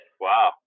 Wow